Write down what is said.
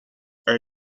are